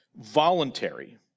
voluntary